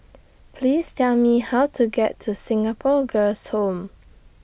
Please Tell Me How to get to Singapore Girls' Home